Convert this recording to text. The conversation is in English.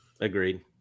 Agreed